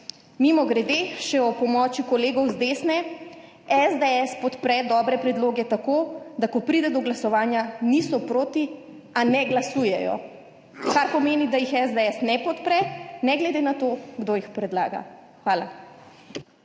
Mimogrede, še ob pomoči kolegov z desne SDS podpre dobre predloge tako, da ko pride do glasovanja, niso proti, a ne glasujejo, kar pomeni, da jih SDS ne podpre, ne glede na to, kdo jih predlaga. Hvala.